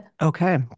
Okay